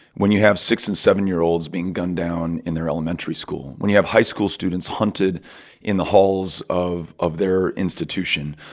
when you have six and seven year olds being gunned down in their elementary school, when you have high school students hunted in the halls of of their institution,